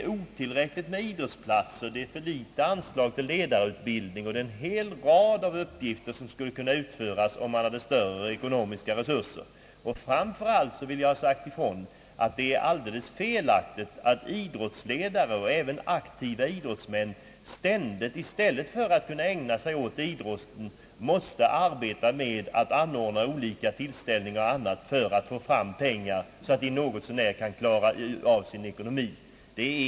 Antalet idrottsplatser är otillräckligt, anslagen till ledarutbildning är för små, och det är en hel rad uppgifter som skulle kunna utföras, om det hade funnits större ekonomiska resurser. Jag vill framför allt säga att det är alldeles felaktigt att idrottsledare och även aktiva idrottsmän i stället för att ägna sig åt idrott ständig måste arbeta med att anordna olika tillställningar bl.a. för att få fram pengar så att man något så när skall kunna klara av sin ekonomi.